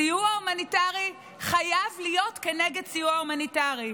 סיוע הומניטרי חייב להיות כנגד סיוע הומניטרי.